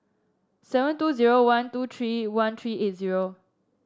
seven two zero one two three one three eight zero